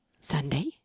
Sunday